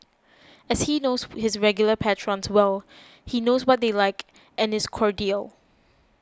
and as he knows his regular patrons well he knows what they like and is cordial